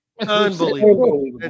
Unbelievable